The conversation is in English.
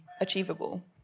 achievable